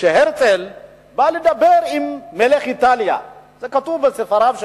כשהרצל בא לדבר עם מלך איטליה, זה כתוב בספר של